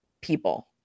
people